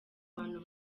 abantu